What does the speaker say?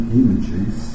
images